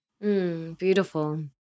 Beautiful